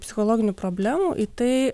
psichologinių problemų į tai